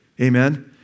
Amen